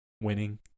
winning